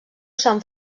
sant